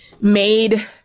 made